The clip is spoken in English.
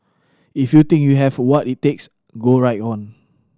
if you think you have what it takes go right on